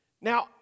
Now